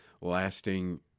lasting